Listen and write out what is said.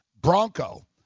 Bronco